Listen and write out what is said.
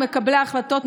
מקבלי ההחלטות,